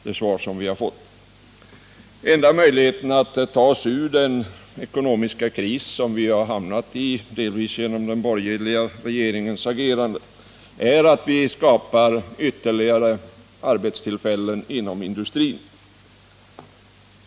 Den enda möjligheten att ta oss ur den ekonomiska kris vi har hamnat i, delvis genom den borgerliga regeringens agerande, är att vi skapar ytterligare arbetstillfällen inom industrin.